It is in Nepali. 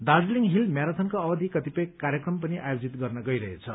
दार्जीलिङ हिल म्याराथनको अवधि कतिपय कार्यक्रम पनि आयोजित गर्न गइरहेछ